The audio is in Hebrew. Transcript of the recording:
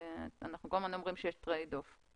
אנחנו כל הזמן אומרים שיש טרייד אוף.